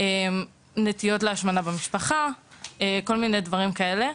נטיות להשמנה במשפחה וכל מיני דברים כאלה.